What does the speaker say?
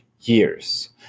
years